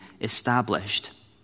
established